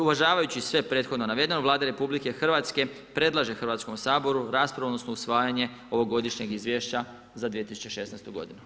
Uvažavajući sve prethodno navedeno Vlada RH predlaže Hrvatskom saboru raspravu odnosno na usvajanje ovogodišnjeg izvješća za 2016. godinu.